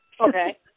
Okay